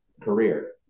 career